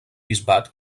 bisbat